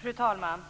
Fru talman!